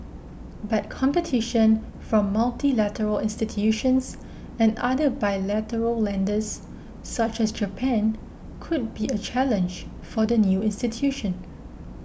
but competition from multilateral institutions and other bilateral lenders such as Japan could be a challenge for the new institution